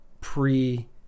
pre